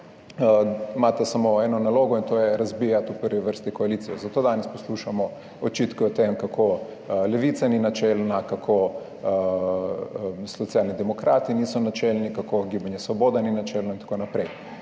samo eno nalogo, to je razbijati v prvi vrsti koalicijo. Zato danes poslušamo očitke o tem, kako Levica ni načelna, kako Socialni demokrati niso načelni, kako Gibanje Svoboda ni načelno in tako naprej.